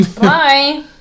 bye